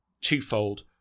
twofold